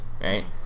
right